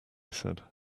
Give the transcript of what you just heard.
said